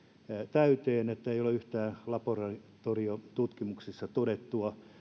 täyteen että ei ole yhtään laboratoriotutkimuksissa todettua